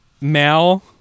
Mal